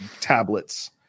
tablets